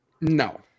No